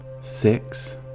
six